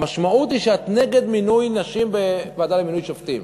המשמעות היא שאת נגד מינוי נשים לוועדה למינוי שופטים.